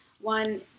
One